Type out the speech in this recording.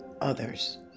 others